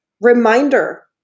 reminder